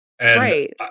Right